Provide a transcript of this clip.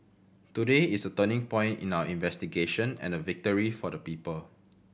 today is a turning point in our investigation and a victory for the people